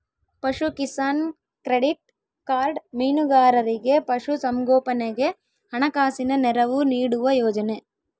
ಪಶುಕಿಸಾನ್ credit card ಮೀನುಗಾರರಿಗೆ ಪಶು ಸಂಗೋಪನೆಗೆ ಹಣಕಾಸಿನ ನೆರವು ನೀಡುವ ಯೋಜನೆ